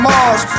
Mars